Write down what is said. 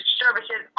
services